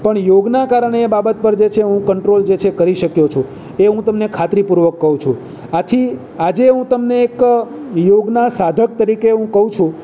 પણ યોગનાં કારણે એ બાબત પર જે છે હું કંટ્રોલ જે છે એ કરી શક્યો છું એ હું તમને ખાતરીપૂર્વક કહું છું આથી આજે હું તમને એક યોગના સાધક તરીકે હું કહું છું